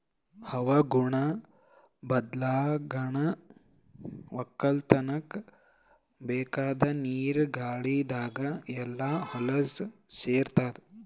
ಹವಾಗುಣ ಬದ್ಲಾಗನಾ ವಕ್ಕಲತನ್ಕ ಬೇಕಾದ್ ನೀರ ಗಾಳಿದಾಗ್ ಎಲ್ಲಾ ಹೊಲಸ್ ಸೇರತಾದ